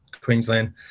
Queensland